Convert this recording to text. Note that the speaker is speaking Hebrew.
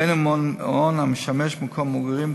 ובין שהוא מעון המשמש מקום מגורים,